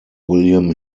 william